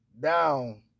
down